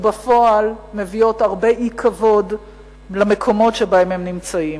ובפועל מביאים הרבה אי-כבוד למקומות שבהם הם נמצאים.